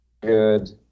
good